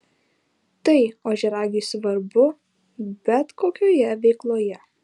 tai ožiaragiui svarbu bet kokioje veikloje